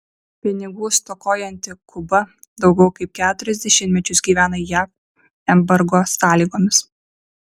pinigų stokojanti kuba daugiau kaip keturis dešimtmečius gyvena jav embargo sąlygomis